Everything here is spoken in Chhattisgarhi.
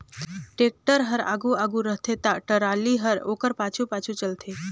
टेक्टर हर आघु आघु रहथे ता टराली हर ओकर पाछू पाछु चलथे